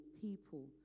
people